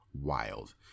wild